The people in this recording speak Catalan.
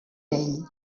ell